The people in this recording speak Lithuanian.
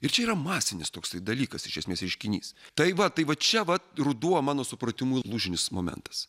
ir čia yra masinis toksai dalykas iš esmės reiškinys tai va tai va čia vat ruduo mano supratimu lūžinis momentas